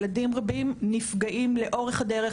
ילדים רבים נפגעים לאורך הדרך,